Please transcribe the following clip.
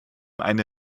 eine